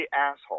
asshole